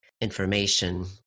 information